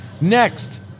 Next